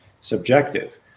subjective